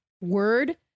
word